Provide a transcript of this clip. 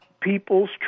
peoples